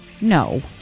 No